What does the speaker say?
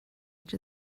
edge